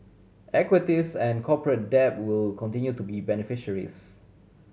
equities and corporate debt will continue to be beneficiaries